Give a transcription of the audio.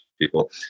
people